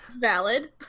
Valid